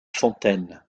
fontaine